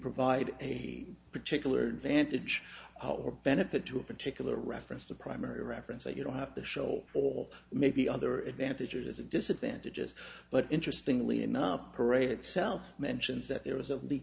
provide a particular advantage or benefit to a particular reference to primary reference that you don't have to show all maybe other advantages and disadvantages but interestingly enough the parade itself mentions that there was a